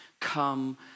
come